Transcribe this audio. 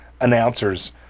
Announcers